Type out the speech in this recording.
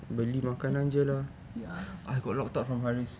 ya